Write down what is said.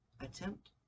attempt